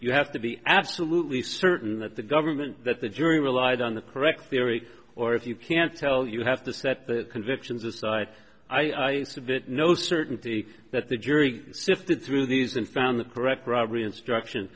you have to be absolutely certain that the government that the jury relied on the correct theory or if you can't tell you have to set the convictions aside i submit no certainty that the jury sifted through these and found the correct rubbery instruction